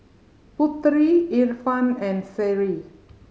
Putri Irfan and Seri